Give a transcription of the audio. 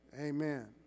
amen